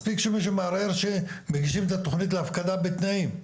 מספיק שמישהו מערער שמגישים את התכנית להפקדה בתנאים,